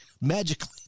magically